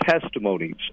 testimonies